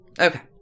Okay